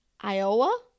Iowa